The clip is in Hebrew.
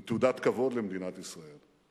זה תעודת כבוד למדינת ישראל.